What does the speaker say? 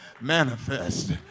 manifest